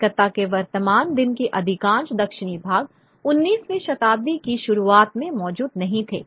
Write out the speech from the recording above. कलकत्ता के वर्तमान दिन के अधिकांश दक्षिणी भाग 19वीं शताब्दी की शुरुआत में मौजूद नहीं थे